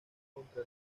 contra